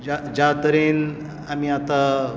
ज्या तरेन आमी आतां